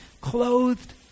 clothed